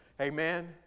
Amen